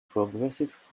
progressive